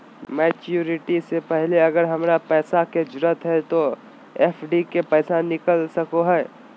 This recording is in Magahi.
मैच्यूरिटी से पहले अगर हमरा पैसा के जरूरत है तो एफडी के पैसा निकल सको है?